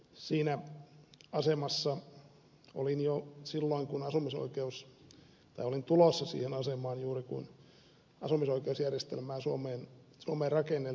siinä asemassa olin jo silloin tai olin tulossa siihen asemaan juuri kun asumisoikeusjärjestelmää suomeen rakennettiin